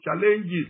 challenges